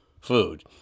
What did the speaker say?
food